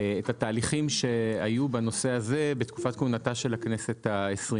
את התהליכים שהיו בנושא הזה בתקופת כהונתה של הכנסת ה-20.